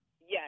Yes